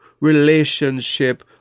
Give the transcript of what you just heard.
relationship